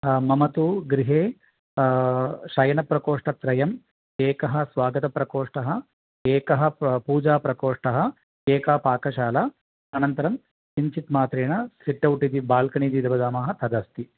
मम तु गृहे शयनप्रकोष्ठत्रयम् एकः स्वागतप्रकोष्ठः एकः प् पूजाप्रकोष्ठः एका पाकशाला अनन्तरं किञ्चित् मात्रेण सिट्टौट् इति बाल्कनि इति वदामः तदस्ति